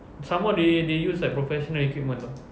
and some more they they use like professional equipment [tau]